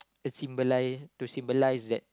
to symbolise to symbolise that